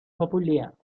populär